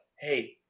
hey